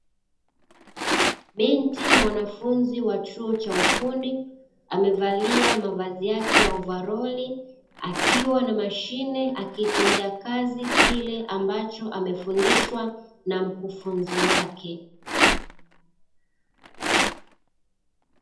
Binti mwanafunzi wa chuo cha ufundi, amevalia mavazi yake ya ovaroli; akiwa na mashine akitendea kazi kile ambacho amefundishwa na mkufunzi wake.